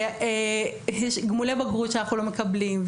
יש גמולי בגרות שאנחנו לא מקבלים,